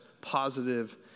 positive